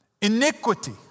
Iniquity